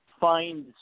find